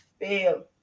fail